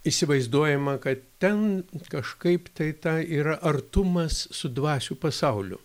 įsivaizduojama kad ten kažkaip tai ta yra artumas su dvasių pasauliu